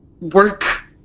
work